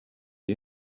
you